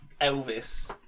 Elvis